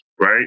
right